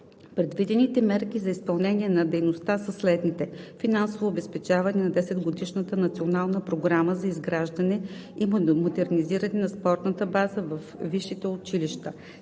Предвидените мерки за изпълнение на дейността са следните: - финансово обезпечена 10-годишна национална програма за изграждане и модернизиране на спортната база във висшите училища;